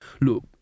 Look